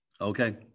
okay